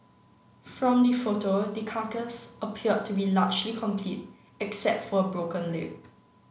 from the photo the carcass appeared to be largely complete except for a broken leg